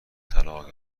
طلاق